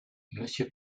monsieur